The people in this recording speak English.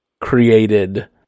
created